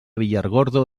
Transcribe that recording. villargordo